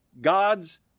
God's